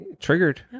triggered